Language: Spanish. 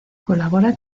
colabora